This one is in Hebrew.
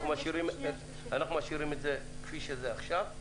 אנחנו משאירים את זה כפי שזה עכשיו.